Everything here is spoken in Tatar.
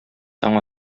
таң